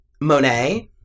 Monet